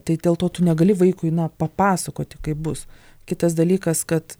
tai dėl to tu negali vaikui na papasakoti kaip bus kitas dalykas kad